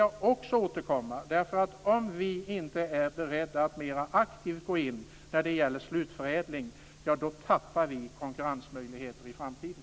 Jag vill återkomma också till det eftersom vi, om vi inte är beredda att gå in mera aktivt när det gäller slutförädling, tappar konkurrensmöjligheter i framtiden.